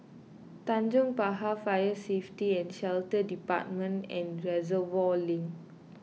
Tanjong Pagar Fire Safety and Shelter Department and Reservoir Link